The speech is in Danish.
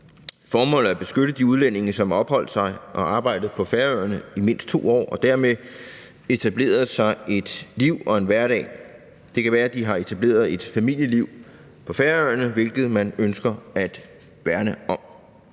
formål at beskytte de udlændinge, som har opholdt sig og arbejdet på Færøerne i mindst 2 år og dermed etableret et liv og en hverdag. Det kan være, de har etableret et familieliv på Færøerne, hvilket man ønsker at værne om.